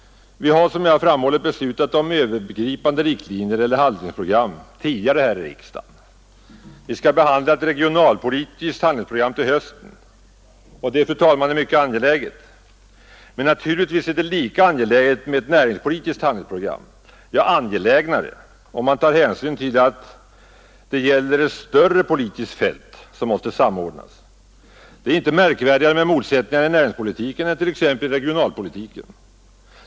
Vi har som jag framhållit beslutat om övergripande riktlinjer och handlingsprogram tidigare här i riksdagen. Vi skall behandla ett regionalpolitiskt handlingsprogram till hösten, och det är, fru talman, mycket angeläget, men naturligtvis är det lika angeläget med ett näringspolitiskt handlingsprogram, ja angelägnare, om man tar hänsyn till att det gäller ett större politiskt fält som måste samordnas. Det är inte märkvärdigare med motsättningarna i näringspolitiken än t.ex. i regionalpolitiken.